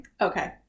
okay